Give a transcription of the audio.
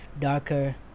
darker